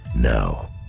Now